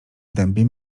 dębie